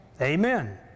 Amen